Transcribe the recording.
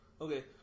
Okay